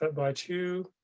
but by two.